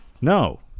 no